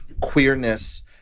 queerness